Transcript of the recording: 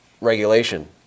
regulation